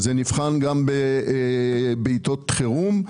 זה נבחן גם בעתות חירום,